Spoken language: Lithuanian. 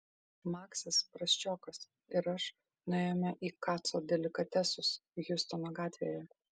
maksas prasčiokas ir aš nuėjome į kaco delikatesus hjustono gatvėje